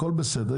הכול בסדר,